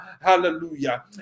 hallelujah